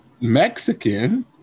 Mexican